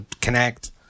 connect